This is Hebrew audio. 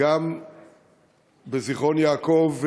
גם בזיכרון-יעקב,